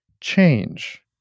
change